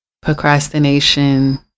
Procrastination